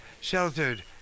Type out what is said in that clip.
sheltered